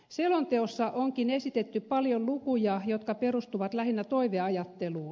selonteossa onkin esitetty paljon lukuja jotka perustuvat lähinnä toiveajatteluun